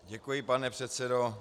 Děkuji, pane předsedo.